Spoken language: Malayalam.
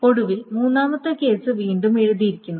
ഒടുവിൽ മൂന്നാമത്തെ കേസ് രണ്ടും എഴുതിയിരിക്കുന്നു